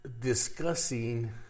discussing